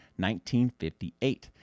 1958